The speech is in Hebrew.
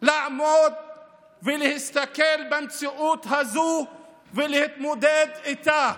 כדי לעמוד ולהסתכל במציאות הזו ולהתמודד איתה.